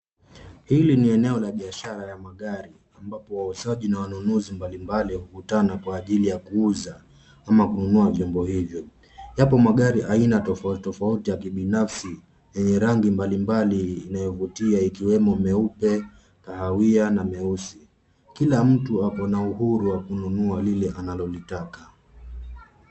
Hili ni eneo la biashara la magari ambapo wauzaji na wanunuzi mbalimbali wamekutana kwa ajili ya kuuza ama kununua vyombo hivyo. Yapo magari aina tofautu tofauti ya kibinafsi yenye rangi mbalimbali inayovutia ikiwemo meupe, kahawia na meusi. Kila mtu ako na uhuru wa kunua lile analolitaka.